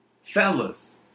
Fellas